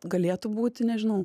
galėtų būti nežinau